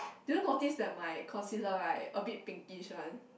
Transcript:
do you notice that my concealer right a bit pinkish one